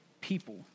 people